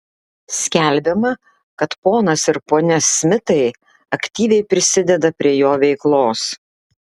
skelbiama kad ponas ir ponia smitai aktyviai prisideda prie jo veiklos